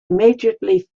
immediately